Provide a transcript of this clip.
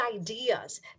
ideas